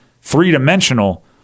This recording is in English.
three-dimensional